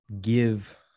give